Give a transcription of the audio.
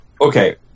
okay